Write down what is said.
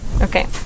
Okay